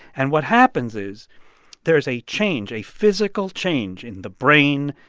and what happens is there is a change, a physical change, in the brain,